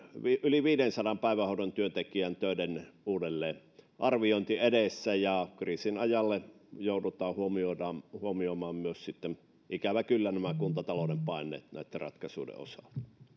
yli viidensadan päivähoidon työntekijän töiden uudelleenarviointi edessä ja kriisin ajalle joudutaan huomioimaan myös sitten ikävä kyllä nämä kuntatalouden paineet näitten ratkaisujen osalta